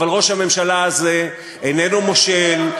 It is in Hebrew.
אבל ראש הממשלה הזה איננו מושל,